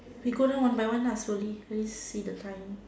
we go down one by lah slowly please see the time